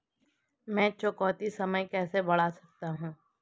मैं चुकौती समय कैसे बढ़ा सकता हूं?